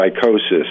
psychosis